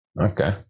Okay